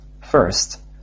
First